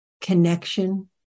connection